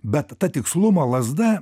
bet ta tikslumo lazda